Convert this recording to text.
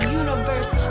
universe